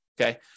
Okay